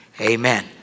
Amen